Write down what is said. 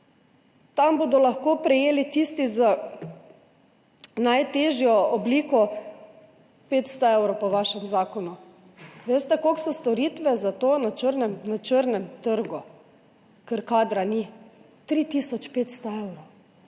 tam bodo lahko prejeli tisti z najtežjo obliko 500 evrov po vašem zakonu. Veste, koliko so storitve za to na črnem trgu, ker kadra ni? 3 tisoč 500 evrov.